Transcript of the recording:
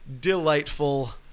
Delightful